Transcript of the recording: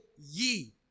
ye